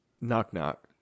Knock-knock